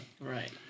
Right